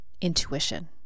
intuition